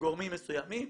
גורמים מסוימים,